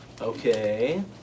Okay